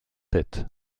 tête